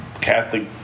Catholic